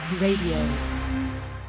Radio